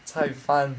菜饭